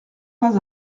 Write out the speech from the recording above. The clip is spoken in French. pas